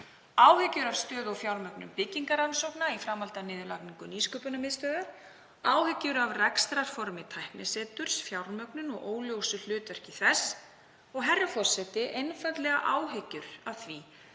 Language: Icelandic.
áhyggjur af stöðu á fjármögnun byggingarrannsókna í framhaldi af niðurlagningu Nýsköpunarmiðstöðvar, áhyggjur af rekstrarformi Tækniseturs, fjármögnun og óljósu hlutverki þess og, herra forseti, einfaldlega áhyggjur af því